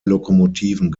lokomotiven